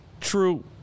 True